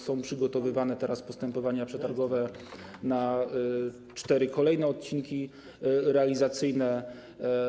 Są przygotowywane teraz postępowania przetargowe na cztery kolejne odcinki realizacyjne.